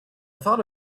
thought